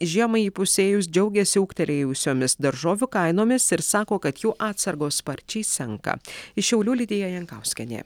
žiemai įpusėjus džiaugiasi ūgtelėjusiomis daržovių kainomis ir sako kad jų atsargos sparčiai senka iš šiaulių lidija jankauskienė